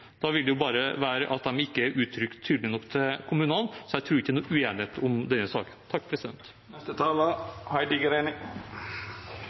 Da vil det bare være sånn at de ikke er uttrykt tydelig nok til kommunene, så jeg tror ikke det er noen uenighet om denne saken.